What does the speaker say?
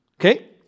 okay